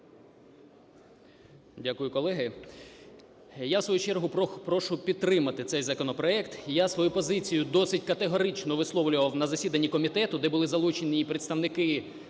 Дякую, колеги. Я в свою чергу прошу підтримати цей законопроект. Я свою позицію досить категорично висловлював на засіданні комітету, де були залучені і представники